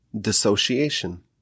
dissociation